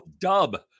dub